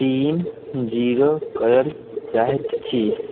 तीन जीरो कयल चाहैत छी